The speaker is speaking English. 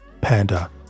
panda